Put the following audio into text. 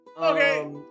okay